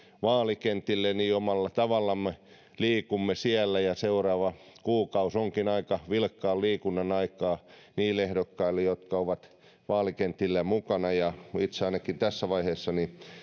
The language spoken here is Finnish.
vaalikentille omalla tavallamme liikumme siellä ja seuraava kuukausi onkin aika vilkkaan liikunnan aikaa niille ehdokkaille jotka ovat vaalikentillä mukana itse ainakin tässä vaiheessa